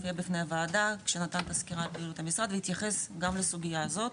הופיע בפני הוועדה שנתן את הסקירה של משרד והתייחס גם לסוגייה הזאת,